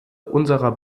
unserer